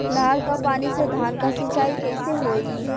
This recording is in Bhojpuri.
नहर क पानी से धान क सिंचाई कईसे होई?